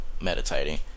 meditating